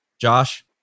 Josh